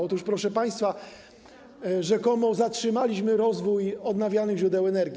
Otóż, proszę państwa, rzekomo zatrzymaliśmy rozwój odnawialnych źródeł energii.